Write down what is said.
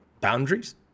boundaries